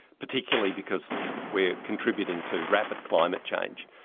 particularly because we are contributing to rapid climate change.